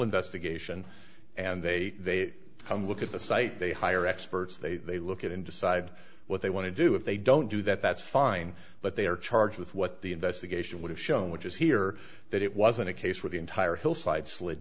investigation and they come look at the site they hire experts they they look at and decide what they want to do if they don't do that that's fine but they are charged with what the investigation would have shown which is here that it wasn't a case where the entire hillside slid